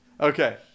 Okay